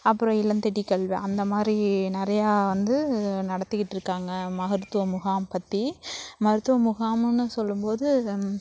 அப்புறோம் இல்லம் தேடி கல்வி அந்த மாதிரி நிறையா வந்து நடத்திகிட்டிருக்காங்க மருத்துவ முகாம் பற்றி மருத்துவ முகாமுன்னு சொல்லும்போது